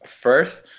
First